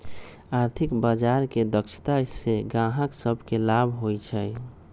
आर्थिक बजार के दक्षता से गाहक सभके लाभ होइ छइ